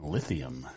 Lithium